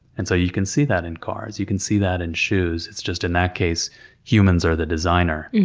and so you can see that in cars, you can see that in shoes, it's just in that case humans are the designer.